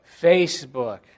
Facebook